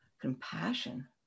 compassion